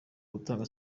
kutanga